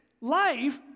life